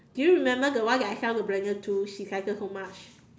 do you remember the one that I tell to Brenda too she cycle so much